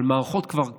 אבל המערכות כבר כאן,